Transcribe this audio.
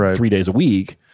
ah three days a week,